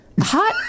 Hot